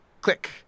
click